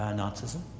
and nazism,